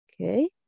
Okay